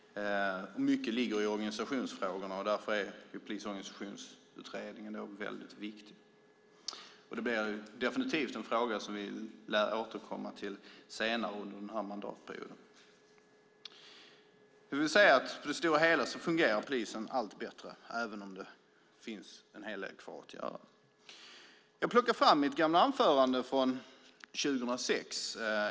Mycket ligger i organisationsfrågorna, och därför är Polisorganisationsutredningen viktig. Det blir definitivt en fråga som vi lär återkomma till senare under mandatperioden. På det stora hela fungerar polisen allt bättre, även om det finns en hel del kvar att göra. Jag plockade fram mitt gamla anförande från 2006.